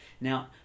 Now